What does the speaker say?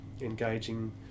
engaging